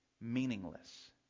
meaningless